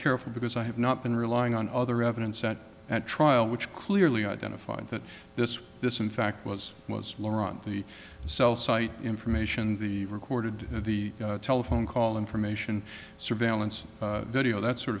careful because i have not been relying on other evidence at trial which clearly identified that this this in fact was was laura on the cell site information the recorded the telephone call information surveillance video that sort